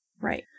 Right